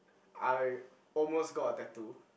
I almost got a tattoo